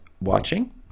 watching